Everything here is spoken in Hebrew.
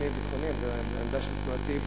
ואני מניח שכולם מבינים,